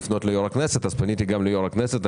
פניתי גם ליו"ר הכנסת.